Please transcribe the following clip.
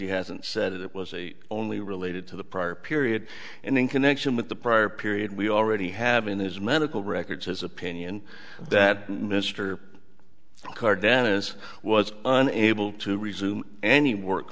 he hasn't said it was a only related to the prior period and in connection with the prior period we already have in his medical records his opinion that mister card then is was unable to resume any work